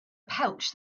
pouch